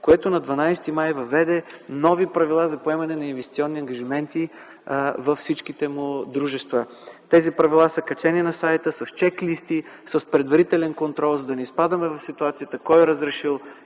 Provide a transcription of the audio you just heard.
което на 12 май въведе нови правила за поемане на инвестиционни ангажименти във всичките му дружества. Тези правила са качени на сайта, с чек-листи, с предварителен контрол, за да не изпадаме в ситуацията кой е разрешил